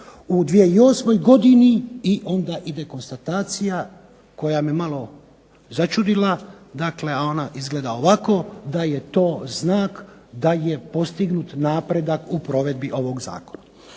u 2008. godini i onda ide konstatacija koja me malo začudila, a ona izgleda ovako, da je to znak da je postignut napredak u provedbi ovog zakona.